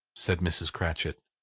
said mrs. cratchit.